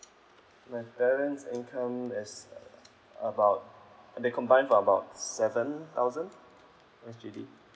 my parents' income is about they combined for about seven thousand S_G_D